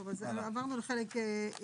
טוב, אז עברנו לחלק ג'1